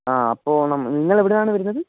ആ അപ്പോൾ നിങ്ങൾ എവിടെ നിന്നാണ് വരുന്നത്